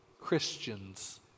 Christians